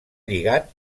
lligat